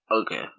okay